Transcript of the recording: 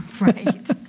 right